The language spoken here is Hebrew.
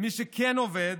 מי שכן עובד,